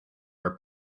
were